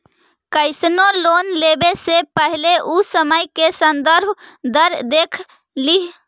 कइसनो लोन लेवे से पहिले उ समय के संदर्भ दर देख लिहऽ